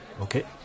Okay